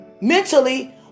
mentally